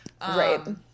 Right